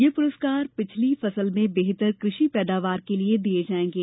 यह पुरस्कार पिछली फसल में बेहतर कृषि पैदावार के लिये दिये जाएंगे